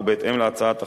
בהתאם להצעת החוק,